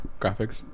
graphics